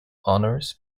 honors